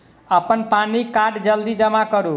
अप्पन पानि कार्ड जल्दी जमा करू?